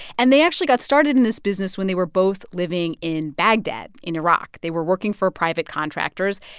and they actually got started in this business when they were both living in baghdad in iraq. they were working for private contractors,